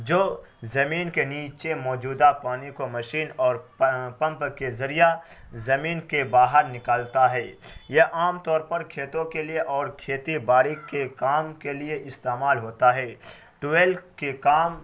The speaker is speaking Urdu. جو زمین کے نیچے موجودہ پانی کو مشین اور پمپ کے ذریعہ زمین کے باہر نکالتا ہے یہ عام طور پر کھیتوں کے لیے اور کھیتی باڑی کے کام کے لیے استعمال ہوتا ہے ٹویل کے کام